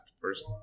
first